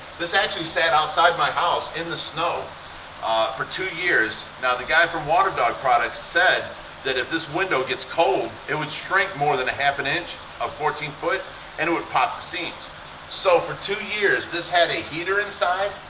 this actually sat outside my house in the snow for two years. now the guy from waterdog products said that if this window gets cold it would shrink more than a half an inch of fourteen foot and it would pop the seams so for two years this had a heater inside.